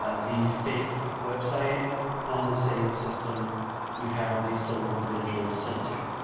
ah the fake website on the same system you have the stolen credentials sent to.